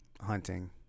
hunting